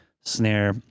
snare